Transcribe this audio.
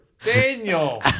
Daniel